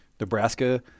Nebraska